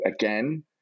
again